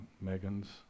Megan's